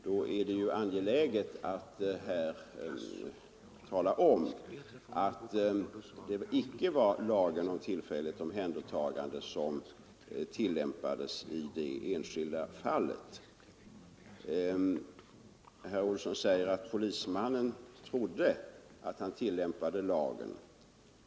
Då är det angeläget att tala om att det icke var lagen om tillfälligt omhändertagande som tillämpades i detta fall. Herr Olsson säger att polismannen trodde att han tillämpade denna lag.